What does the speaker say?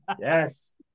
Yes